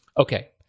Okay